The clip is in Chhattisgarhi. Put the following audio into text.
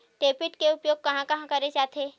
डेबिट के उपयोग कहां कहा करे जाथे?